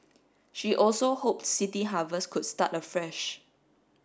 she also hope City Harvest could start afresh